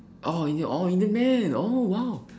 oh indian oh indian man oh !wow!